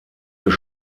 des